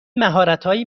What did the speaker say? مهارتهایی